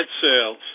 sales